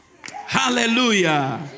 Hallelujah